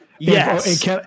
Yes